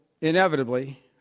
inevitably